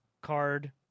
card